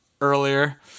earlier